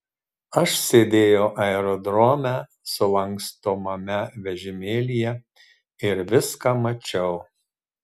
aš sėdėjau aerodrome sulankstomame vežimėlyje ir viską mačiau